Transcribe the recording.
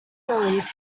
believe